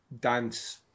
dance